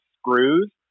screws